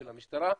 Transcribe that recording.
של המשטרה,